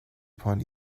upon